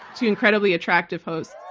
two incredibly attractive hosts.